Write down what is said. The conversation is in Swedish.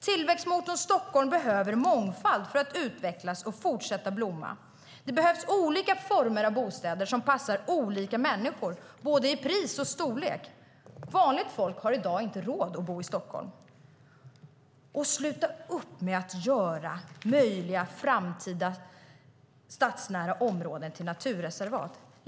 Tillväxtmotorn Stockholm behöver mångfald för att utvecklas och fortsätta blomma. Det behövs olika former av bostäder som passar olika människor både när det gäller pris och storlek. Vanligt folk har i dag inte råd att bo i Stockholm. Sluta upp med att göra möjliga framtida stadsnära områden till naturreservat!